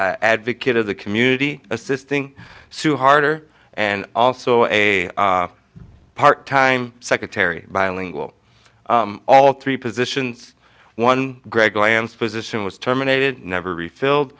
a advocate of the community assisting sue harder and also a part time secretary bilingual all three positions one greg lance position was terminated never refilled